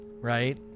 right